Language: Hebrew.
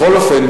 בכל אופן,